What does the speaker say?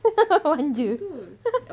manja